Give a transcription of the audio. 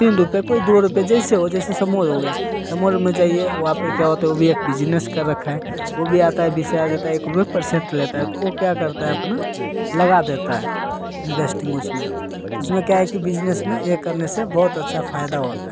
तीन रुपए कोई दो रुपए जैसे हो जैसे समोड हो गया समोड में जाइए वहाँ पर क्या होता है वो भी बिजनेस कर रखा है वो भी आता है बीस हज़ार देता है एक रुपए परसेंट लेता है तो वो क्या करता है अपना लगा देता है इन्वेस्टिंग उसमें उसमें क्या है कि बिजनेस में ये करने से बहुत अच्छा फायदा होता है